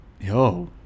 yo